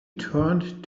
turned